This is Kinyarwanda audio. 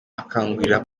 akangurira